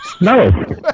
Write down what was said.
No